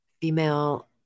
female